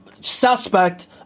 suspect